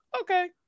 Okay